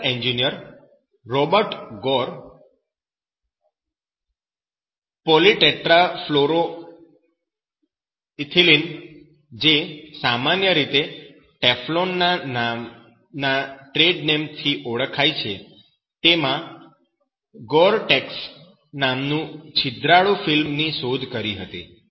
chemical engineer Robert Gore polytetrafluoroethylene જે સામાન્ય રીતે 'ટેફ્લોન ' નામના ટ્રેડ નેમ થી ઓળખાય છે તેમાંથી ગોર ટેક્સ નામની છિદ્રાળુ ફિલ્મ ની શોધ કરી હતી